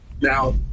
Now